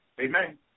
Amen